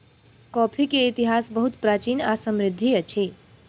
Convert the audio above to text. coffee के इतिहास बहुत प्राचीन आ समृद्धि अछि